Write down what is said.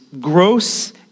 gross